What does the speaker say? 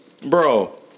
Bro